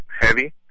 heavy